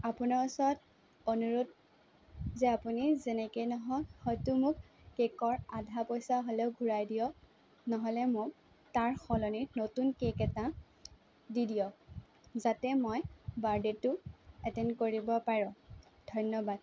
আপোনাৰ ওচৰত অনুৰোধ যে আপুনি যেনেকেই নহওক হয়তো মোক কেকৰ আধা পইচা হ'লেও ঘূৰাই দিয়ক নহ'লে মোক তাৰ সলনি নতুন কেক এটা দি দিয়ক যাতে মই বাৰ্থডে'টো এটেণ্ড কৰিব পাৰোঁ ধন্যবাদ